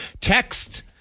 Text